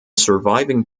surviving